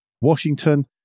Washington